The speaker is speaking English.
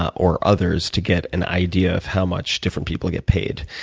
or others to get an idea of how much different people get paid